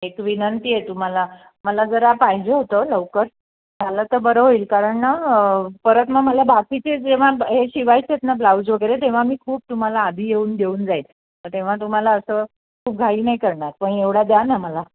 एक विनंती आहे तुम्हाला मला जरा पाहिजे होतं लवकर झालं तर बरं होईल कारण ना परत मग मला बाकीचे जेव्हा ब हे शिवायचेच ना ब्लाऊज वगेरे तेव्हा मी खूप तुम्हाला आधी येऊन देऊन जाईन तर तेव्हा तुम्हाला असं खूप घाई नाही करणार पण एवढा द्या ना मला